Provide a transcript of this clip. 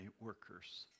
workers